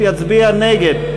יצביע נגד.